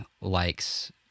likes